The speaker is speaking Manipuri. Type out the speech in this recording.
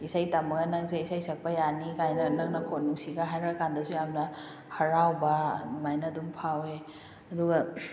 ꯏꯁꯩ ꯇꯝꯃꯒ ꯅꯪꯁꯦ ꯏꯁꯩ ꯁꯛꯄ ꯌꯥꯅꯤ ꯀꯥꯏꯅ ꯅꯪ ꯅꯈꯣꯟ ꯅꯨꯡꯁꯤꯀ ꯍꯥꯏꯔꯛꯑ ꯀꯥꯟꯗꯁꯨ ꯌꯥꯝꯅ ꯍꯔꯥꯎꯕ ꯑꯗꯨꯃꯥꯏꯅ ꯑꯗꯨꯝ ꯐꯥꯎꯋꯦ ꯑꯗꯨꯒ